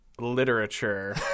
literature